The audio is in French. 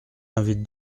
invite